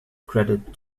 credit